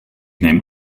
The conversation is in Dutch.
neem